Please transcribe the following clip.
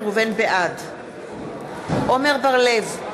בעד עמר בר-לב,